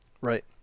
Right